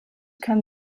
kann